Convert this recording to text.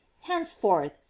henceforth